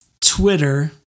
Twitter